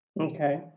Okay